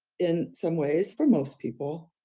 in some ways for most people,